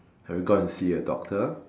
have you gone and see a doctor